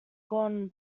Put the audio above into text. gone